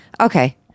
okay